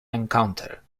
encounter